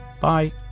bye